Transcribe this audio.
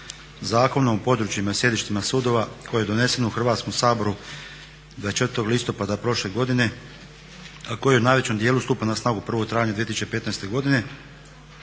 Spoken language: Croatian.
Zakonom o područjima i sjedištima sudova koji je donesen u Hrvatskom saboru 24. listopada prošle godine a koji u najvećem dijelu stupa na snagu 1. travnja 2015. godine